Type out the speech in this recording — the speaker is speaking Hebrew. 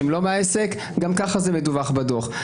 שהם לא מהעסק - גם כך זה מדווח בדוח.